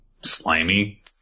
slimy